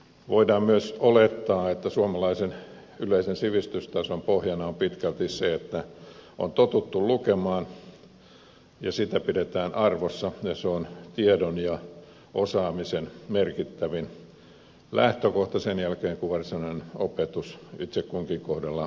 voidaan myös olettaa että suomalaisen yleisen sivistystason pohjana on pitkälti se että on totuttu lukemaan ja sitä pidetään arvossa ja se on tiedon ja osaamisen merkittävin lähtökohta sen jälkeen kun varsinainen opetus itse kunkin kohdalla on päättynyt